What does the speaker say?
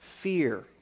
Fear